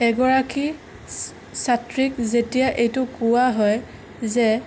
এগৰাকী ছা ছাত্ৰীক যেতিয়া এইটো কোৱা হয় যে